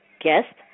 guest